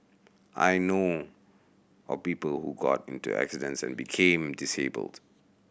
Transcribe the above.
I know of people who got into accidents and became disabled